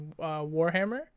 Warhammer